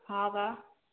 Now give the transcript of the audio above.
ହଁ ବା